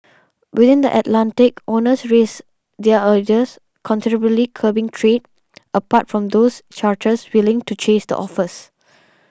within the Atlantic owners raised their ideas considerably curbing trading apart from those charterers willing to chase the offers